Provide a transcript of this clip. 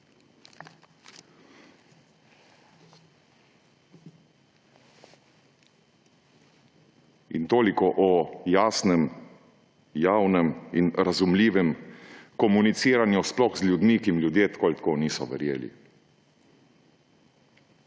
Toliko o jasnem, javnem in razumljivem komuniciranju sploh z ljudmi, ki jim ljudje tako ali tako niso verjeli.